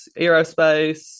aerospace